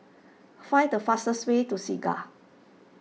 find the fastest way to Segar